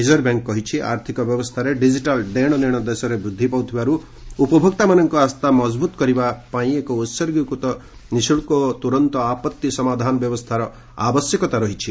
reserve bank କହିଛି ଆର୍ଥକ ବ୍ୟବସ୍ଥାରେ ଡିଜିଟାଲ୍ ଦେଶନେଶ ଦେଶରେ ବୃଦ୍ଧି ପାଉଥିବାରୁ ଉପଭୋକ୍ତାମାନଙ୍କ ଆସ୍ଥା ମଜବୁତ୍ କରିବାପାଇଁ ଏକ ଉତ୍ଗୀକୃତ ନିଃଶୁଳ୍କ ଓ ତୁରନ୍ତ ଆପତ୍ତି ସମାଧାନ ବ୍ୟବସ୍ଥାର ଆବଶ୍ୟକତା ରହିଛି